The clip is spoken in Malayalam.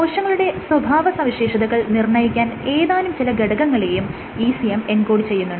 കോശങ്ങളുടെ സ്വഭാവസവിശേഷതകൾ നിർണ്ണയിക്കാൻ ഏതാനും ചില ഘടകങ്ങളെയും ECM എൻകോഡ് ചെയ്യുന്നുണ്ട്